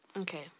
Okay